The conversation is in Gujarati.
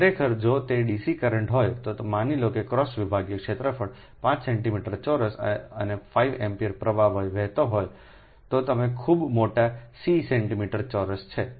ખરેખર જો તે DC કરંટ હોય તો માની લો કે ક્રોસ વિભાગીય ક્ષેત્રફળ 5 સેન્ટિમીટર ચોરસ અને 5 A પ્રવાહ વહેતો હોય તેવું ખૂબ મોટા c સેન્ટિમીટર ચોરસ છે